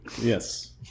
Yes